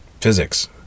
physics